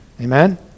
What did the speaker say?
Amen